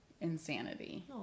insanity